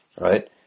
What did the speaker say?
right